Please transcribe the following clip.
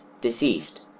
deceased